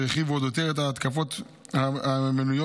שהרחיבו עוד יותר את התקופות המנויות